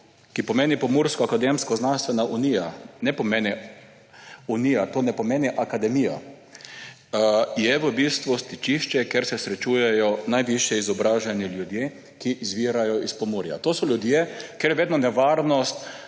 ki pomeni Pomurska akademsko-znanstvena unija ‒ unija ne pomeni akademija ‒, je v bistvu stičišče, kjer se srečujejo najvišje izobraženi ljudje, ki izvirajo iz Pomurja. To so ljudje, kjer je vedno nevarnost,